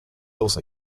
also